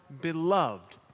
beloved